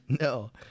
No